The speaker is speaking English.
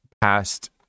past